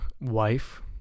wife